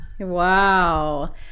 Wow